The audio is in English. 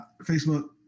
Facebook